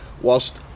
whilst